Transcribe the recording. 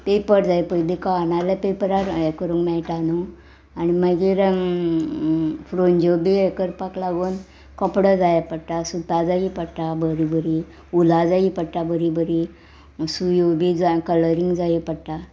paper जाय पयली कनाल्या पेपरार हें करूंक मेळटा न्हू आनी मागीर फ्रोज्यो बी हें करपाक लागोन कपडो जाय पडटा सुता जायी पडटा बरीं बरीं उलां जायी पडटा बरीं बरीं सुयो बी जाय कलरींग जाय पडटा